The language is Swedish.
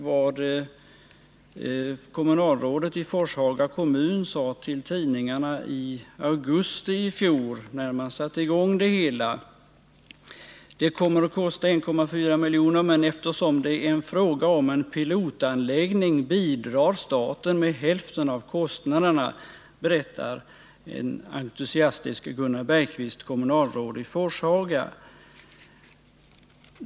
Jag kan återge vad som stod i tidningarna i augusti i fjol, när man satte i gång det hela: Det kommer att kosta 1,4 miljoner, men eftersom det är fråga om en pilotanläggning bidrar staten med hälften av kostnaderna, berättar en entusiastisk Gunnar Bergqvist, kommunalråd i Forshaga.